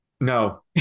No